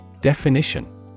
Definition